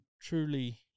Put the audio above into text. truly